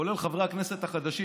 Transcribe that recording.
כולל חברי הכנסת החדשים,